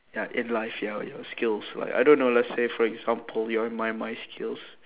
ya in life your your skills like I don't know let's say for example your my mind skills